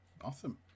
Awesome